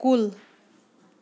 کُل